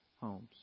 homes